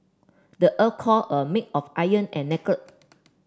the earth core a made of iron and nickel